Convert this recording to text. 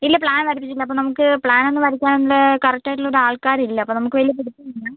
ഇല്ല പ്ലാൻ വരച്ചിട്ടില്ല അപ്പം നമുക്ക് പ്ലാൻ ഒന്ന് വരയ്ക്കാനുള്ള കറക്റ്റ് ആയിട്ടുള്ള ഒരു ആൾക്കാർ ഇല്ല അപ്പം നമുക്ക് വലിയ പിടിത്തം ഇല്ല